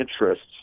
interests